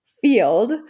field